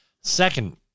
Second